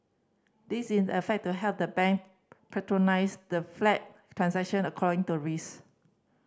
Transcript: this in the effect to helped the bank the flagged transaction according to risk